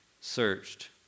searched